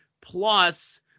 plus